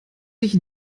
sich